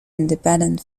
independent